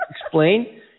explain